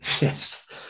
Yes